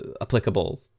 applicable